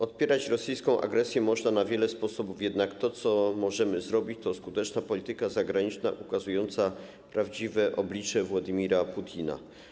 Odpierać rosyjską agresję można na wiele sposobów, jednak to, co możemy zrobić, to skuteczna polityka zagraniczna ukazująca prawdziwe oblicze Władymira Putina.